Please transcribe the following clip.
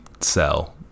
sell